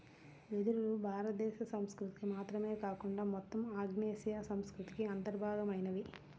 వెదురులు భారతదేశ సంస్కృతికి మాత్రమే కాకుండా మొత్తం ఆగ్నేయాసియా సంస్కృతికి అంతర్భాగమైనవి